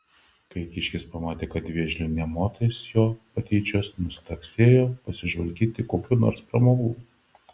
kai kiškis pamatė kad vėžliui nė motais jo patyčios nustraksėjo pasižvalgyti kokių nors pramogų